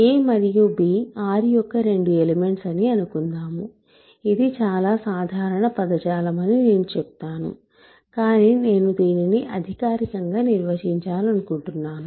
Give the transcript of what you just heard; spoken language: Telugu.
a మరియు b R యొక్క రెండు ఎలిమెంట్స్ అని అనుకుందాము ఇది చాలా సాధారణ పదజాలం అని నేను చెప్తాను కాని నేను దీనిని అధికారికంగా నిర్వచించాలనుకుంటున్నాను